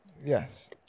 Yes